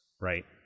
right